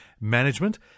management